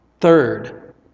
Third